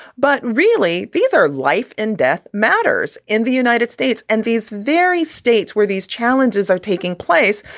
but really, these are life and death matters in the united states and these very states where these challenges are taking place.